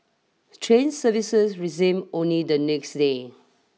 train services resumed only the next day